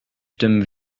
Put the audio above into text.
stimmen